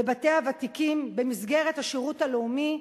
בבתי הוותיקים במסגרת השירות הלאומי,